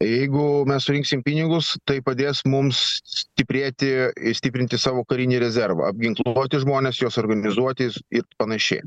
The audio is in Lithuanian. jeigu mes surinksim pinigus tai padės mums stiprėti i stiprinti savo karinį rezervą apginkluoti žmones juos organizuotis ir panašiai